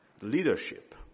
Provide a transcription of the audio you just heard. leadership